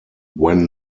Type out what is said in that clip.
when